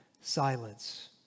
silence